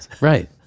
right